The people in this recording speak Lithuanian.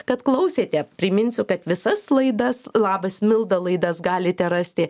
kad klausėte priminsiu kad visas laidas labas milda laidas galite rasti